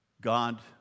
God